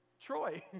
Troy